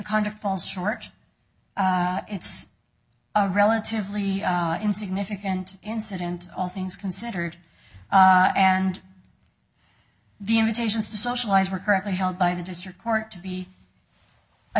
kind of falls short it's a relatively insignificant incident all things considered and the invitations to socialize were currently held by the district court to be a